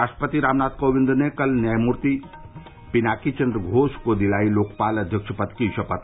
राष्ट्रपति रामनाथ कोविंद ने कल न्यायमूर्ति पिनाकी चन्द्र घोष को दिलाई लोकपाल अध्यक्ष पद की शपथ